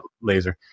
laser